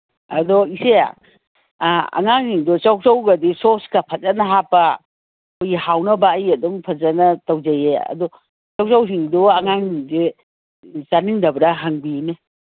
ꯑꯗꯣ ꯏꯆꯦ ꯑꯉꯥꯡꯁꯤꯡꯗꯣ ꯆꯧ ꯆꯧꯒꯗꯤ ꯁꯣꯁꯀ ꯐꯖꯅ ꯍꯥꯞꯄ ꯑꯩꯈꯣꯏꯒꯤ ꯍꯥꯎꯅꯕ ꯑꯩ ꯑꯗꯨꯝ ꯐꯖꯅ ꯇꯧꯖꯩꯌꯦ ꯑꯗꯨ ꯆꯧ ꯆꯧꯁꯤꯡꯗꯣ ꯑꯉꯥꯡꯁꯤꯡꯁꯦ ꯆꯥꯅꯤꯡꯗꯕ꯭ꯔꯥ ꯍꯪꯕꯤꯌꯨꯅꯦ